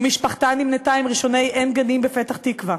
ומשפחתה נמנתה עם ראשוני עין-גנים בפתח-תקווה.